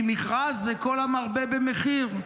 כי מכרז זה כל המרבה במחיר,